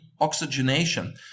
oxygenation